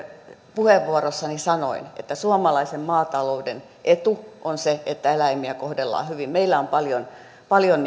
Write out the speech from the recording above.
puheenvuoroissani sanoin että suomalaisen maatalouden etu on se että eläimiä kohdellaan hyvin meillä on paljon paljon